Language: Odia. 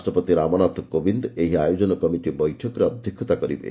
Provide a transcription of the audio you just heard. ରାଷ୍ଟ୍ରପତି ରାମନାଥ କୋବିନ୍ଦ ଏହି ଆୟୋଜନ କମିଟି ବୈଠକରେ ଅଧ୍ୟକ୍ଷତା କରିବେ